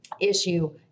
issue